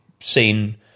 seen